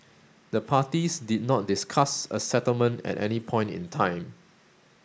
the parties did not discuss a settlement at any point in time